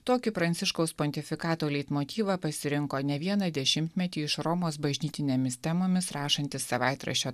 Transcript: tokį pranciškaus pontifikato leitmotyvą pasirinko ne vieną dešimtmetį iš romos bažnytinėmis temomis rašantis savaitraščio